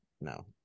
no